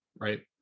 right